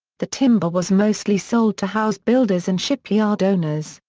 the timber was mostly sold to house builders and shipyard owners,